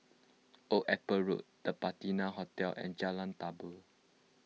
Old Airport Road the Patina Hotel and Jalan Tambur